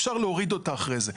אפשר להוריד אותה אחרי זה.